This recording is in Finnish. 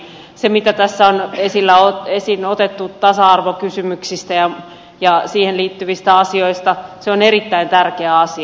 se mitä tässä on esiin otettu tasa arvokysymyksistä ja niihin liittyvistä asioista on erittäin tärkeä asia